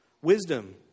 Wisdom